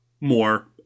more